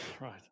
right